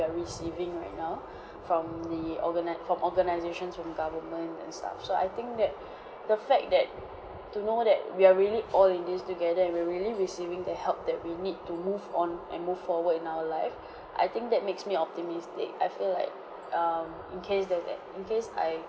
are receiving right now from the organi~ from organisations from government and stuff so I think that the fact that to know that we are really all in this together and we're really receiving the help that we need to move on and move forward in our life I think that makes me optimistic I feel like um in case there's at in case I